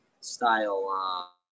style